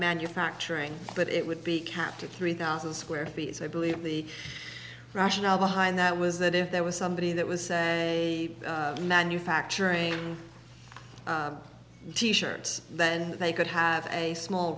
manufacturing but it would be capped at three thousand square feet so i believe the rationale behind that was that if there was somebody that was manufacturing t shirts then they could have a small